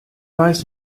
weiß